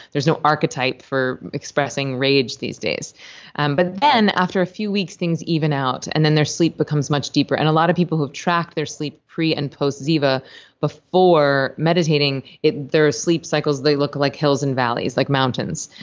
there's no archetype for expressing rage these days and but then after a few weeks, things even out, and then their sleep becomes much deeper. and a lot of people who have tracked their sleep pre and post-ziva before meditating, their sleep cycles, they look like hills and valleys, like mountains.